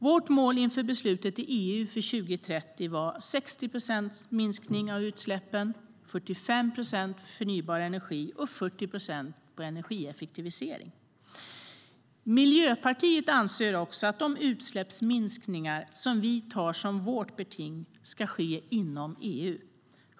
Vårt mål inför beslutet i EU för 2030 var 60 procents minskning av utsläppen, 45 procent förnybar energi och 40 procent i energieffektivisering. Miljöpartiet anser också att de utsläppsminskningar som vi tar som vårt beting ska ske inom EU.